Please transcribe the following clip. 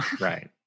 Right